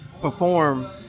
perform